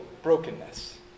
brokenness